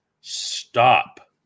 stop